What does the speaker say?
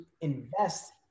invest